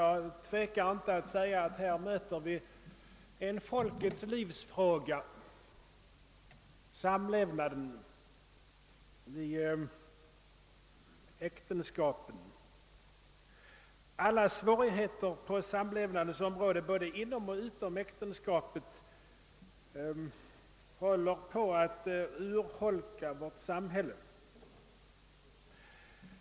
Jag tvekar inte att säga att här möter vi en folkets livsfråga, samlevnaden i äktenskapet. Alla svårigheter på samlevnadens område både inom och utom äktenskapet håller på att urholka vårt samhälle.